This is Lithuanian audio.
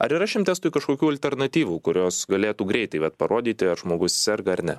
ar yra šiam testui kažkokių alternatyvų kurios galėtų greitai vat parodyti žmogus serga ar ne